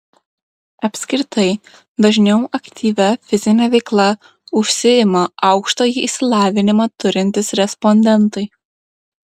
apskritai dažniau aktyvia fizine veikla užsiima aukštąjį išsilavinimą turintys respondentai